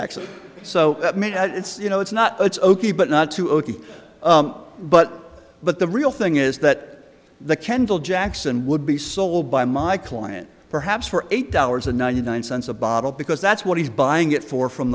it's you know it's not it's ok but not to o t but but the real thing is that the kendall jackson would be sold by my client perhaps for eight dollars and ninety nine cents a bottle because that's what he's buying it for from